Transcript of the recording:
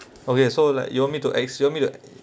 okay so like you want me to ex~ you want me to